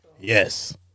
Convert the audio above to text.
Yes